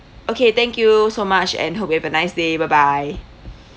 okay thank you so much and hope you have a nice day bye bye